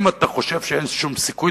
אם אתה חושב שאין שום סיכוי,